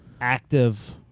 active